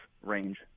range